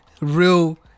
real